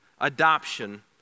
adoption